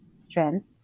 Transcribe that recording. strength